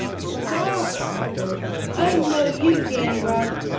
stop, called bert. i know you, danny rugg!